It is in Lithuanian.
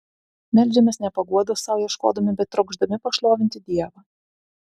meldžiamės ne paguodos sau ieškodami bet trokšdami pašlovinti dievą